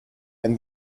and